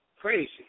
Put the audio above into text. Crazy